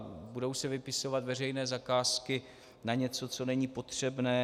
Budou se vypisovat veřejné zakázky na něco, co není potřebné.